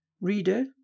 Reader